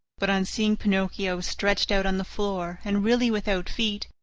but on seeing pinocchio stretched out on the floor and really without feet,